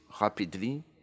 rapidly